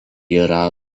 yra